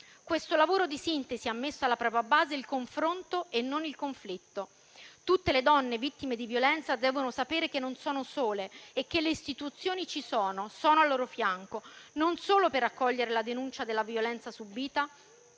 Questo lavoro di sintesi ha messo alla propria base il confronto e non il conflitto. Tutte le donne vittime di violenza devono sapere che non sono sole e che le istituzioni ci sono, al loro fianco, non solo per accogliere la denuncia della violenza subita,